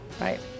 right